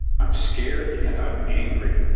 i'm scared and i'm angry.